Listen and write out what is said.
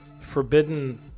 forbidden